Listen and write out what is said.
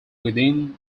within